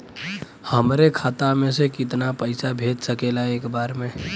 हमरे खाता में से कितना पईसा भेज सकेला एक बार में?